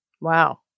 Wow